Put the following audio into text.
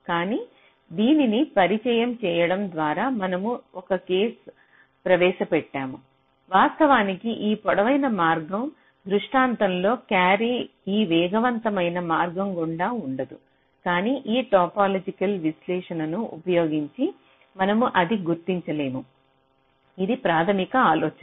కానీ దీనిని పరిచయం చేయడం ద్వారా మనము ఒక కేసును ప్రవేశపెట్టాము వాస్తవానికి ఈ పొడవైన మార్గం దృష్టాంతంలో క్యారీ ఈ వేగవంతమైన మార్గం గుండా ఉంటుంది కానీ ఈ టోపోలాజికల్ విశ్లేషణను ఉపయోగించి మనము అది గుర్తించలేము అది ప్రాథమిక ఆలోచన